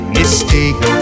mistake